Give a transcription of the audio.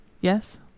Yes